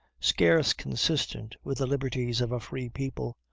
scarce consistent with the liberties of a free people,